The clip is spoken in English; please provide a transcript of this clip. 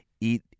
eat